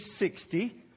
60